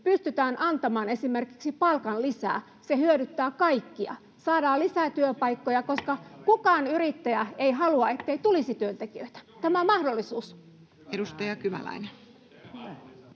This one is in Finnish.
pystytään antamaan esimerkiksi palkanlisää. Se hyödyttää kaikkia, ja saadaan lisää työpaikkoja. Kukaan yrittäjä ei halua, ettei tulisi työntekijöitä. Tämä on mahdollisuus. [Speech